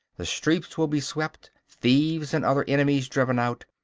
the streets will be swept, thieves and other enemies driven out,